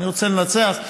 אני רוצה לנצח,